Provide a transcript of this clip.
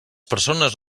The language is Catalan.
persones